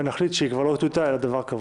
ונחליט שהיא כבר לא טיוטה אלא דבר קבוע.